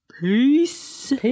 Peace